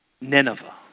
Nineveh